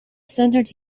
centered